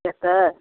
से तऽ